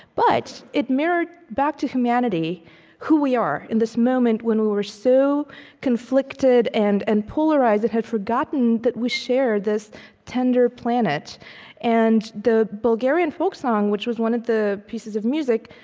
but it mirrored back to humanity who we are, in this moment when we were so conflicted and and polarized and had forgotten that we share this tender planet and the bulgarian folk song, which was one of the pieces of music,